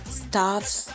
staffs